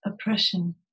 oppression